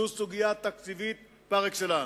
זאת סוגיה תקציבית פר-אקסלנס,